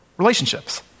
relationships